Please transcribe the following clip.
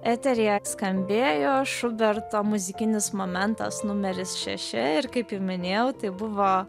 eteryje skambėjo šuberto muzikinis momentas numeris šeši ir kaip jau minėjau tai buvo